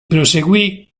proseguì